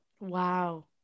Wow